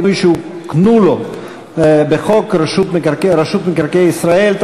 שהוקנו לו בחוק רשות מקרקעי ישראל,